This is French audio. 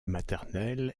maternelle